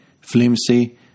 flimsy